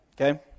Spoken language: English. okay